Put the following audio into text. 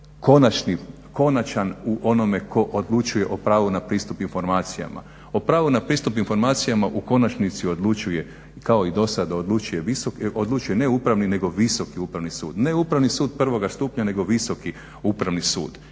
konačan u onome tko odlučuje o pravo na pristup informacijama. O pravu na pristup informacijama u konačnici odlučuje kao i do sad odlučuje visoki, odlučuje ne upravni, nego visoki Upravni sud, ne Upravni sud prvoga stupnja, nego visoki Upravni sud.